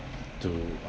to